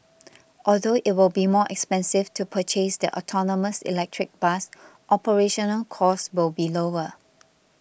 although it will be more expensive to purchase the autonomous electric bus operational costs will be lower